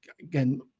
again